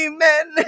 Amen